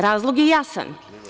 Razlog je jasan.